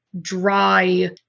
dry